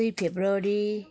दुई फेब्रुअरी